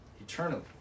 eternally